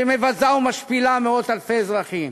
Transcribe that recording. שמבזה ומשפילה מאות-אלפי אזרחים.